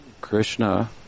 Krishna